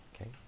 Okay